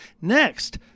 Next